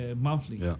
monthly